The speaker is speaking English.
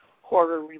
horror